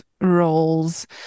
roles